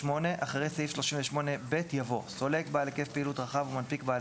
אחרי סעיף 38ב יבוא: 38ב1.סולק בעל הקיף פעילות רחב ומנפיק בעל